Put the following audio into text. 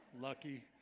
lucky